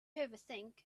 overthink